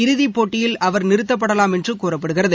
இறுதிப் போட்டியில் அவர் நிறுத்தப்படலாம் என்றுகூறப்படுகிறது